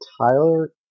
Tyler